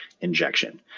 injection